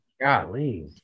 golly